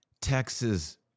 Texas